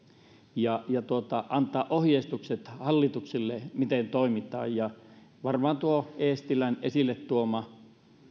ja ja antaa ohjeistukset hallitukselle siitä miten toimitaan varmaan tuo eestilän esille tuoma